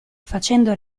facendo